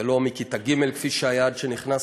ולא מכיתה ג', כפי שהיה עד שנכנסתי.